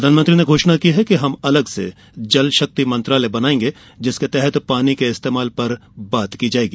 प्रधानमंत्री ने घोषणा की है कि हम अलग से जल शक्ति मंत्रालय बनाएंगे जिसके तहत पानी के इस्तेमाल पर बात की जाएगी